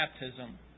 baptism